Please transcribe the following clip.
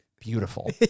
beautiful